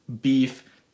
beef